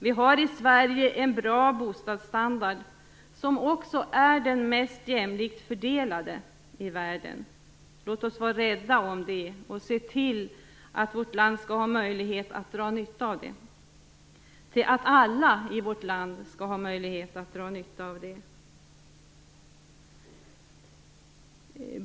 Vi har i Sverige en bra bostadsstandard, som också är den mest jämlikt fördelade i världen. Låt oss vara rädda om det och se till att alla i vårt land har möjlighet att dra nytta av det.